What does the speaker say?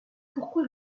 pourquoi